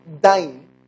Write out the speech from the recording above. dying